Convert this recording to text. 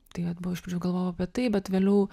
tai vat buvo iš pradžių galvojau apie tai bet vėliau